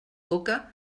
boca